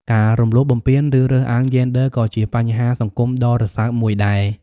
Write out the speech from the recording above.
ការរំលោភបំពានឬរើសអើងយេនឌ័រក៏ជាបញ្ហាសង្គមដ៏រសើបមួយដែរ។